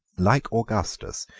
like augustus,